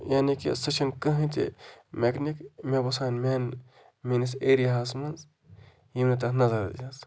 یعنی کہِ سُہ چھُنہٕ کٕہۭنۍ تہِ مٮ۪کنِک مےٚ باسان میٛانہِ میٛٲنِس ایریاہَس منٛز ییٚمۍ نہٕ تَتھ نَظر دِژ